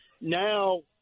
now